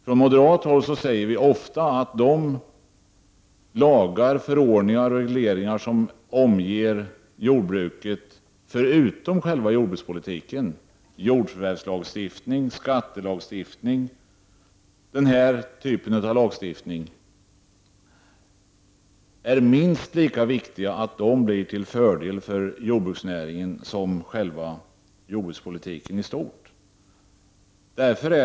Från moderat håll säger vi ofta att det är minst lika viktigt att de lagar, förordningar och regleringar som omger jordbruket, som jordförvärvslagstiftning och skattelagstiftning, blir till samma fördel för jordbruksnäringen som själva jordbrukspolitiken i stort är.